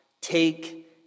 Take